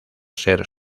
ser